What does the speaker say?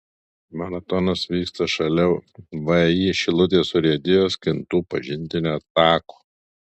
maratonas vyksta šalia vį šilutės urėdijos kintų pažintinio tako